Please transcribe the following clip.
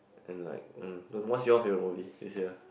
and like uh don't know what's your favourite movie this year